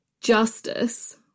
justice